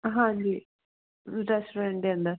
ਹਾਂਜੀ ਰੈਸਟੋਰੈਂਟ ਦੇ ਅੰਦਰ